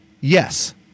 Yes